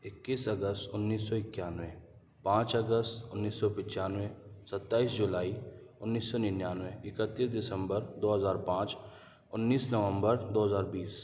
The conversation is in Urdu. اکیس اگست انّیس سو اکیانوے پانچ اگست انّیس سو پچانوے ستائیس جولائی انیس سو ننانوے اکتیس دسمبر دو ہزار پانچ انّیس نومبر دو ہزار بیس